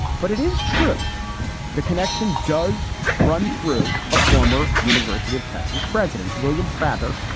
but it is true the connection does run through. a former university of texas president, william prather,